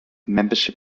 membership